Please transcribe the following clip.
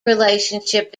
relationship